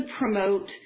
promote